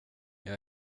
jag